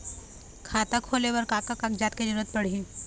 खाता खोले बर का का कागजात के जरूरत पड़ही?